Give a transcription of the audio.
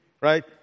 right